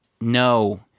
no